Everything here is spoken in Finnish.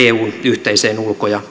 eun yhteiseen ulko ja